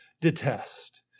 detest